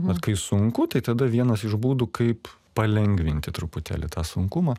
vat kai sunku tai tada vienas iš būdų kaip palengvinti truputėlį tą sunkumą